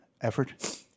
effort